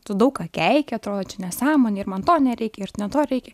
tu daug ką keiki atrodo čia nesąmonė ir man to nereikia ir ne to reikia